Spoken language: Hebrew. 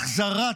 החזרת